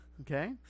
Okay